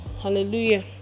Hallelujah